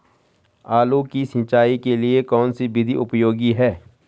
आलू की सिंचाई के लिए कौन सी विधि उपयोगी है?